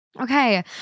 Okay